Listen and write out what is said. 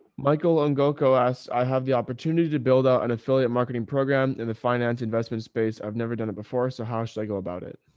michael and goco asks, i have the opportunity to build out an affiliate marketing program in the finance investment space. i've never done it before. so how should i go about it?